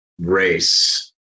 race